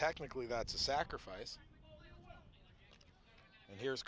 technically that's a sacrifice and here's